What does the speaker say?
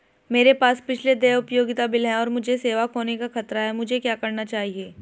मेरे पास पिछले देय उपयोगिता बिल हैं और मुझे सेवा खोने का खतरा है मुझे क्या करना चाहिए?